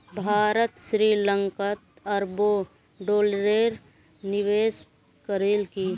भारत श्री लंकात अरबों डॉलरेर निवेश करील की